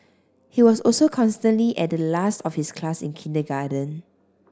he was also constantly at the last of his class in kindergarten